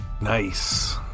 Nice